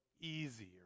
easier